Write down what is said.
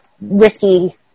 risky